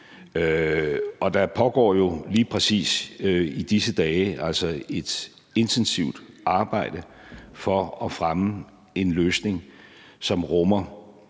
EU. Der pågår jo lige præcis i disse dage et intensivt arbejde for at fremme en løsning, som rummer